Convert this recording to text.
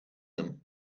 them